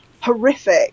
Horrific